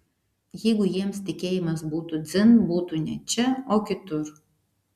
jeigu jiems tikėjimas būtų dzin būtų ne čia o kitur